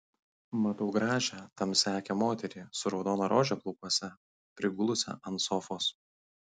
matau gražią tamsiaakę moterį su raudona rože plaukuose prigulusią ant sofos